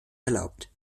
erlaubt